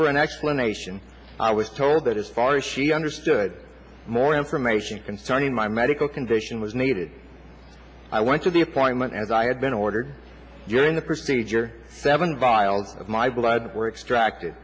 for an explanation i was told that as far as she understood more information concerning my medical condition was needed i went to the appointment as i had been ordered during the procedure seven vials of my blood